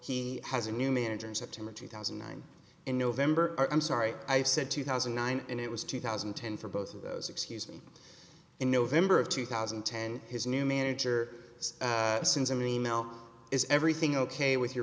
he has a new manager in september two thousand and nine in november i'm sorry i've said two thousand and nine and it was two thousand and ten for both of those excuse me in november of two thousand and ten his new manager since i mean email is everything ok with your